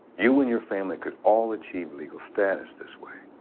you and your family could all achieve legal status this way.